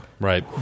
right